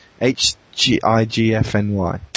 H-G-I-G-F-N-Y